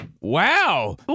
wow